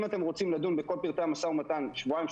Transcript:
אם אתם רוצים לדון בכל פרטי המשא ומתן שבועיים,